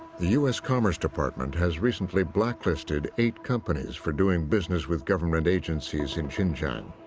the u s. commerce department has recently blacklisted eight companies for doing business with government agencies in xinjiang,